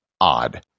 odd